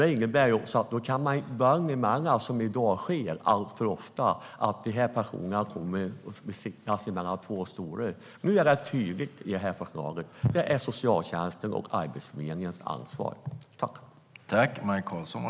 Det innebär också att man kan undvika det som i dag sker alltför ofta, nämligen att människor hamnar mellan två stolar. Nu är det tydligt i det här förslaget att det är socialtjänstens och Arbetsförmedlingens ansvar.